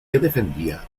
defendía